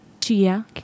chia